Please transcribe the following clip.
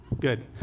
Good